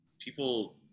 people